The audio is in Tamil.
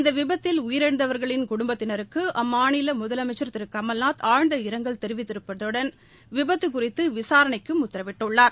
இந்த விபத்தில் உயிரிழந்தவர்களின் குடும்பத்தினருக்கு அம்மாநில முதலமைச்சர் திரு கமல்நாத் ஆழ்ந்த இரங்கல் தெரிவித்திருப்பதுடன் விபத்து குறித்து விசாரணைக்கும் உத்தரவிட்டுள்ளார்